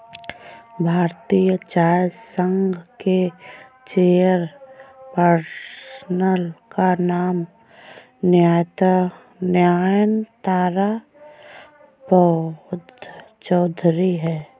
भारतीय चाय संघ के चेयर पर्सन का नाम नयनतारा पालचौधरी हैं